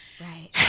right